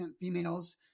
females